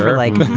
like.